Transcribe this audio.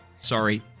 Sorry